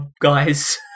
guys